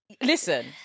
Listen